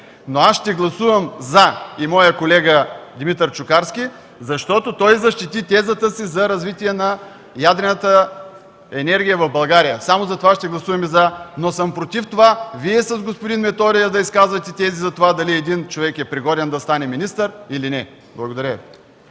ще гласуваме „за”, защото той защити тезата си за развитие на ядрената енергетика в България. Само за това ще гласуваме „за”, но съм против това Вие с господин Методиев да изказвате тези за това дали един човек е пригоден да стане министър, или не. Благодаря.